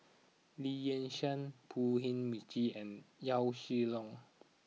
Lee Yi Shyan Pu Heng McNeice and Yaw Shin Leong